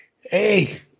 hey